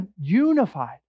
unified